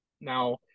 now